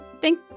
Thank